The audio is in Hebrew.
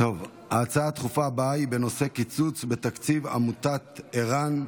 ההצעה הדחופה הבאה היא בנושא: קיצוץ בתקציב עמותת ער"ן,